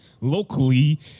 locally